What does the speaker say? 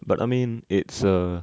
but I mean it's uh